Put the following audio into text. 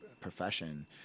profession